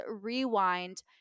rewind